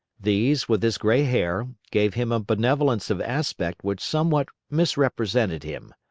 these, with his gray hair, gave him a benevolence of aspect which somewhat misrepresented him.